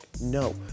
No